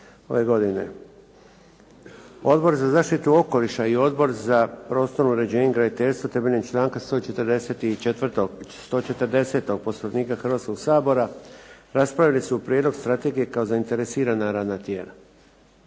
ove godine. Odbor za zaštitu okoliša i Odbor za prostorno uređenje i graditeljstvo temeljem članka 144., 140. Poslovnika Hrvatskog sabora raspravili su prijedlog strategije kao zainteresirana radna tijela.